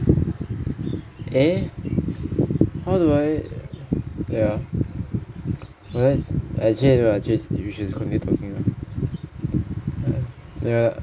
eh how do I wait ah 我在 actually no lah actually you should continue talking lah